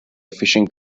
fishing